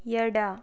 ಎಡ